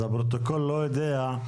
אז הפרוטוקול לא יודע.